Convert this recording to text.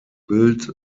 built